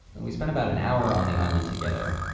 and we spent about an hour on the island together.